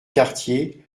cartier